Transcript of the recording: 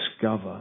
discover